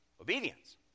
obedience